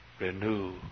Renew